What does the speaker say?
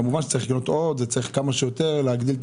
כמובן שצריך עוד דירות וצריך כמה שיותר להגדיל את